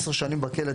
10 שנים בכלא,